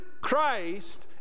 Christ